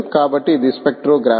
కాబట్టి ఇది స్పెక్ట్రోగ్రామ్